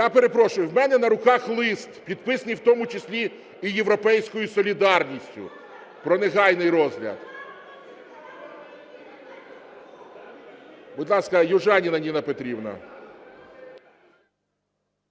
Я перепрошую, в мене на руках лист, підписаний в тому числі і "Європейською солідарністю", про негайний розгляд. Будь ласка, Южаніна Ніна Петрівна.